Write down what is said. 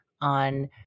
on